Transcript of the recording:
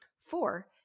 Four